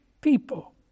people